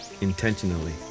intentionally